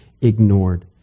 ignored